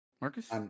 Marcus